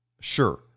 Sure